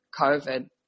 COVID